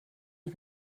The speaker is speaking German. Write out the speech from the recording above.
ich